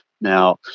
Now